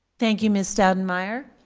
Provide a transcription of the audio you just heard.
thank you, ms. staudenmaier.